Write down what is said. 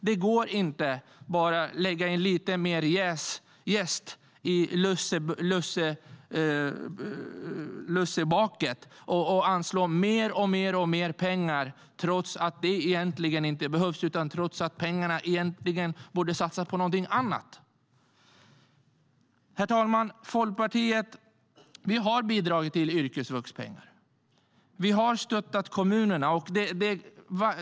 Det går inte att bara lägga i lite mer jäst i lussedegen och anslå mer och mer pengar, trots att pengarna borde satsas på någonting annat. Herr talman! Folkpartiet har bidragit till yrkesvuxpengar. Vi har stöttat kommunerna.